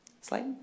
Slide